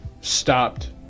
stopped